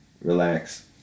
Relax